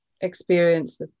experience